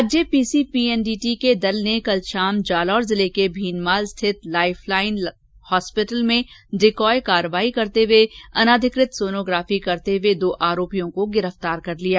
राज्य पीसीपीएनडीटी दल ने कल शाम जालोर जिले के भीनमाल स्थित लाईफ लाइन हॉस्पिटल में डिकॉय कार्यवाही करते हुए अनाधिकृत सोनोग्राफी करते हुए दो आरोपियों को गिरफ्तार कर लिया